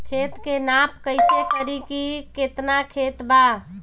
खेत के नाप कइसे करी की केतना खेत बा?